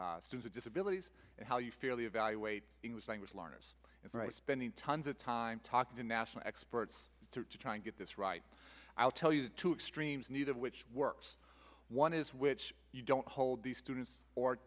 student disability and how you feel evaluate english language learners and spending tons of time talking to national experts to try and get this right i'll tell you the two extremes needed which works one is which you don't hold these students or